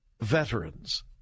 veterans